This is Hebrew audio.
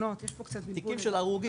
תיקים של הרוגים.